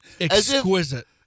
exquisite